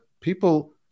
people